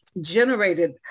generated